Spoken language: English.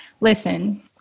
Listen